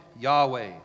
Yahweh